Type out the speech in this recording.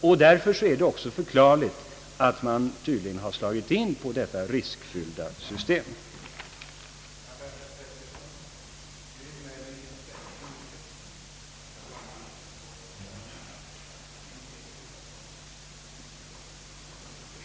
Detta är kanske förklarligen till, att man har slagit in på ett system som förutsätter fortsatt penningvärdeförsämring.